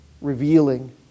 revealing